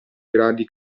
gradi